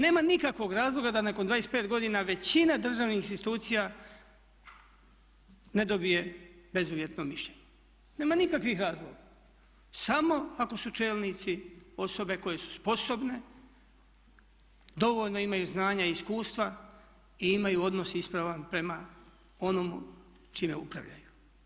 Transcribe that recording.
Nema nikakvog razloga da nakon 25 godina većina državnih institucija ne dobije bezuvjetno mišljenje, nema nikakvih razloga samo ako su čelnici osobe koje su sposobne, dovoljno imaju znanja i iskustva i imaju odnos ispravan prema onom čime upravljaju.